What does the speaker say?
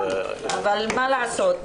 אבל מה לעשות,